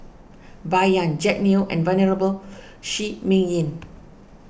Bai Yan Jack Neo and Venerable Shi Ming Yi